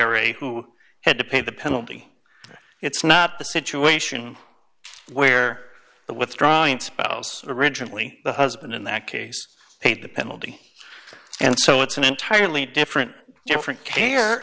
ira who had to pay the penalty it's not the situation where the withdrawing spouse originally the husband in that case paid the penalty and so it's an entirely different different